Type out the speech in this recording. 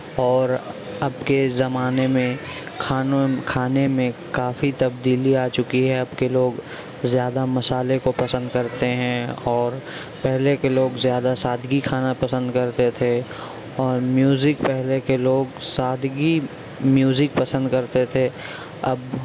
اور اب کے زمانے میں کھانا کھانے میں کافی تبدیلی آ چکی ہے اب کے لوگ زیادہ مصالحے کو پسند کرتے ہیں اور پہلے کے لوگ زیادہ سادگی کھانا پسند کرتے تھے اور میوزک پہلے کے لوگ سادگی میوزک پسند کرتے تھے اب